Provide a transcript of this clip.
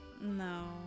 No